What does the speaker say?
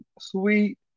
sweet